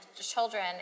children